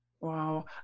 Wow